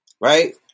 right